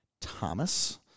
Thomas